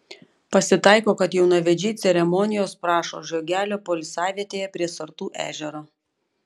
pasitaiko kad jaunavedžiai ceremonijos prašo žiogelio poilsiavietėje prie sartų ežero